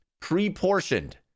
pre-portioned